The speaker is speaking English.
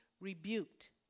rebuked